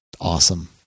awesome